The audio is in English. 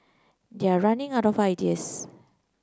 they're running out of ideas